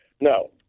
No